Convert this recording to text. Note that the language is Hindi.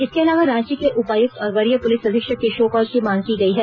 इसके अलावा रांची के उपायक्त और वरीय पुलिस अधीक्षक से शो कॉज की मांग की गई है